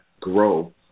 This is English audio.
grow